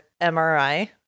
MRI